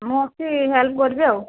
ମୁଁ ଅଛି ହେଲ୍ପ କରିବି ଆଉ